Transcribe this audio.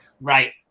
Right